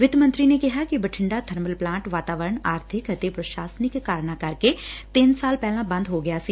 ਵਿੱਤ ਮੰਤਰੀ ਨੇ ਕਿਹਾ ਕਿ ਬਠਿੰਡਾ ਬਰਮਲ ਪਲਾਂਟ ਵਾਤਾਵਰਣ ਆਰਬਿਕ ਅਤੇ ਪ੍ਰਸ਼ਾਸਨਿਕ ਕਾਰਨਾਂ ਕਰਕੇ ਤਿੰਨ ਸਾਲ ਪਹਿਲਾਂ ਬੰਦ ਹੋ ਗਿਆ ਸੀ